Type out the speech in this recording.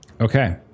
Okay